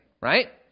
right